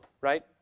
right